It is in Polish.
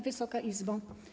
Wysoka Izbo!